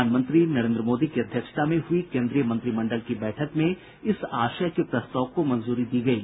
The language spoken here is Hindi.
प्रधानमंत्री नरेन्द्र मोदी की अध्यक्षता में हुई केन्द्रीय मंत्रिमंडल की बैठक में इस आशय के प्रस्ताव को मंजूरी दी गयी